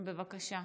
בבקשה.